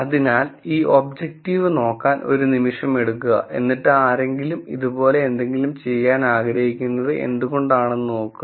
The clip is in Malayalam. അതിനാൽ ഈ ഒബ്ജക്റ്റീവ് നോക്കാൻ ഒരു നിമിഷമെടുക്കുക എന്നിട്ട് ആരെങ്കിലും ഇതുപോലെ എന്തെങ്കിലും ചെയ്യാൻ ആഗ്രഹിക്കുന്നത് എന്തുകൊണ്ടാണെന്ന് നോക്കുക